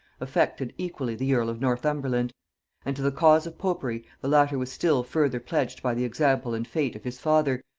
affected equally the earl of northumberland and to the cause of popery the latter was still further pledged by the example and fate of his father,